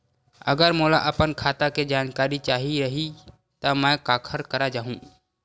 अगर मोला अपन खाता के जानकारी चाही रहि त मैं काखर करा जाहु?